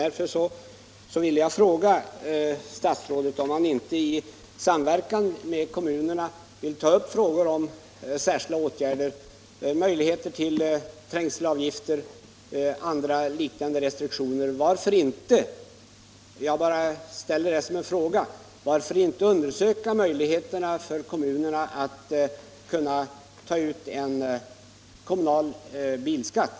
Därför vill jag fråga statsrådet: Varför inte i samverkan med kommunerna ta upp frågan om särskilda åtgärder — trängselavgifter eller andra liknande restriktioner? Varför inte undersöka möjligheterna för kommunerna att ta ut en kommunal bilskatt?